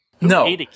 No